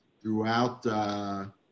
throughout